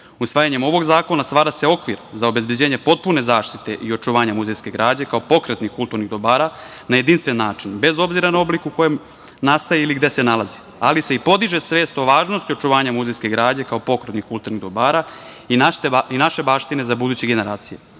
ovog zakona stvara se okvir za obezbeđenje potpune zaštite i očuvanja muzejske građe kao pokretnih kulturnih dobara na jedinstven način, bez obzira na oblik u kojem nastaje ili gde se nalazi, ali se i podiže svest o važnosti očuvanja muzejske građe kao pokretnih kulturnih dobara i naše baštine za buduće generacije,